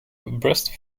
breast